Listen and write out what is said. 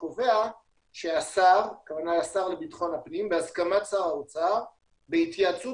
שקובע שהשר לביטחון הפנים בהסכמת שר האוצר בהתייעצות